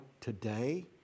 today